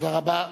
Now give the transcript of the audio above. תודה רבה.